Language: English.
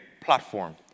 platform